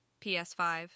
PS5